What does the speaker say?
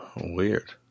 Weird